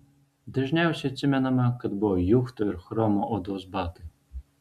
dažniausiai atsimenama kad buvo juchto ir chromo odos batai